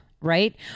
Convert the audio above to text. right